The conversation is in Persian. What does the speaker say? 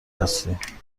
هستی